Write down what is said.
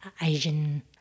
Asian